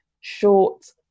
short